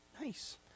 Nice